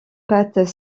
pattes